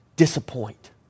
Disappoint